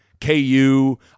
KU